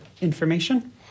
information